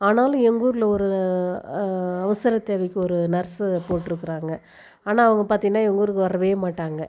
ஆனாலும் எங்கள் ஊரில் ஒரு அவசர தேவைக்கு ஒரு நர்ஸு போட்டிருக்குறாங்க ஆனால் அவங்க பார்த்தீங்கன்னா எங்கள் ஊருக்கு வரவே மாட்டாங்கள்